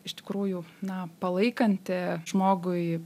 iš tikrųjų na palaikanti žmogui